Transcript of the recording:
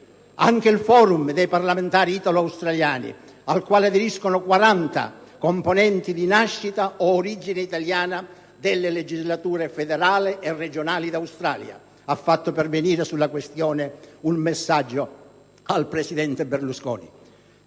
Anche il "Forum dei parlamentari italo-australiani", al quale aderiscono 40 componenti di nascita o origine italiana delle legislature federale e regionali d'Australia, ha fatto pervenire sulla questione un messaggio al presidente Berlusconi.